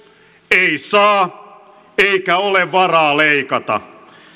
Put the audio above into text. ei saa eikä ole varaa leikata